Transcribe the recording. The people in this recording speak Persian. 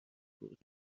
بود